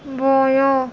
بایاں